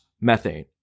methane